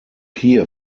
hier